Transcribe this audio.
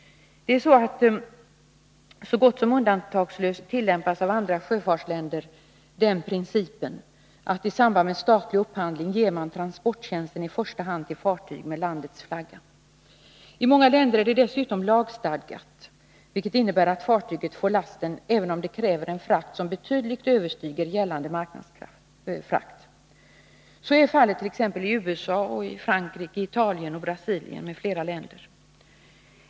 T andra sjöfartsländer tillämpas så gott som undantagslöst den principen att man i samband med statlig upphandling ger transporttjänsten i första hand till fartyg med landets flagga. I många länder är detta dessutom lagstadgat, vilket innebär att fartyget får lasten även om det kräver en frakt som betydligt överstiger gällande marknadsfrakt. Så är fallet i USA, Frankrike, Italien och Brasilien m.fl. länder.